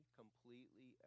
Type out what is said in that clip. completely